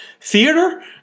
theater